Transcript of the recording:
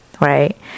right